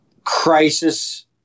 crisis